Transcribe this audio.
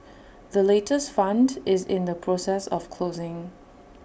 the latest fund is in the process of closing